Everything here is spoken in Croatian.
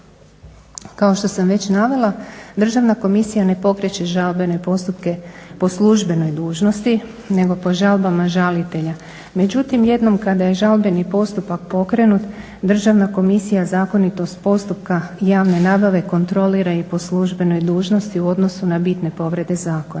Kao što sam već navela državna komisija ne pokreće žalbene postupke po službenoj dužnosti, nego po žalbama žalitelja. Međutim, jednom kad je žalbeni postupak pokrenut državna komisija zakonitost postupka javne nabave kontrolira i po službenoj dužnosti u odnosu na bitne povrede zakona.